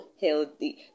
healthy